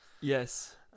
yes